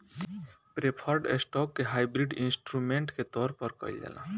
preferred stock के hybrid instrument के तौर पर कइल जाला